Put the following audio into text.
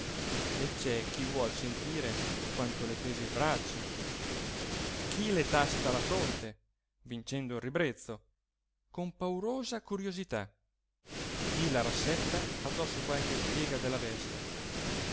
e c'è chi vuol sentire quanto le pesi il braccio chi le tasta la fronte vincendo il ribrezzo con paurosa curiosità chi la rassetta addosso qualche piega della veste